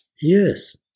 Yes